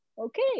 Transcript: okay